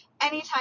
anytime